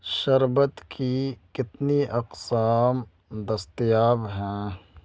شربت کی کتنی اقسام دستیاب ہیں